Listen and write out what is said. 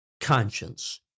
conscience